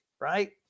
Right